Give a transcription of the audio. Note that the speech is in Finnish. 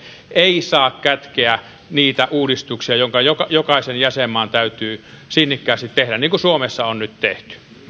ei saa kätkeä niitä uudistuksia jotka jokaisen jäsenmaan täytyy sinnikkäästi tehdä niin kuin suomessa on nyt tehty